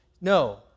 No